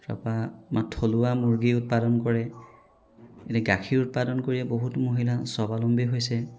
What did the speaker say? তাৰপৰা আমাৰ থলুৱা মুৰ্গী উৎপাদন কৰে এনেই গাখীৰ উৎপাদন কৰিয়েই বহুত মহিলা স্বাৱলম্বী হৈছে